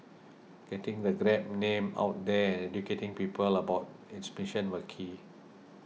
getting the Grab name out there and educating people about its mission were key